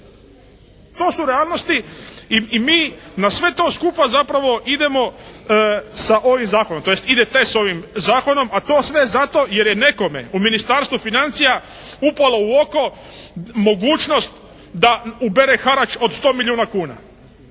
To su realnosti. I mi na sve to skupa zapravo idemo sa ovim zakonom, tj. idete sa ovim zakonom a to sve zato jer je nekome u Ministarstvu financija upalo u oko mogućnost da ubere harač od 100 milijuna kuna.